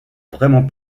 vraiment